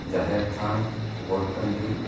ᱡᱟᱦᱮᱨᱛᱷᱟᱱ ᱜᱚᱴ ᱴᱟᱺᱰᱤ